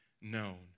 known